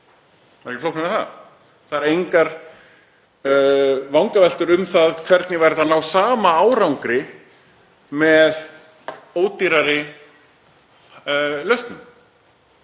Það er ekki flóknara en það. Það eru engar vangaveltur um það hvernig væri hægt að ná sama árangri með ódýrari lausnum,